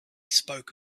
spoke